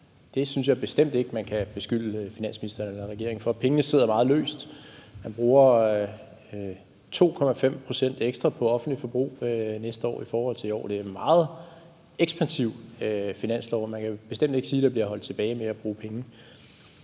Det synes jeg bestemt ikke man kan beskylde finansministeren eller regeringen for. Pengene sidder meget løst. Man bruger 2,5 pct. ekstra på offentligt forbrug næste år i forhold til i år. Det er en meget ekspansiv finanslov, og det kan bestemt ikke siges, at man holder sig tilbage med at bruge penge.